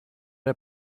der